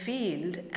Field